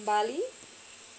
bali